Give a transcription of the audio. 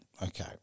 Okay